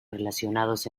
relacionados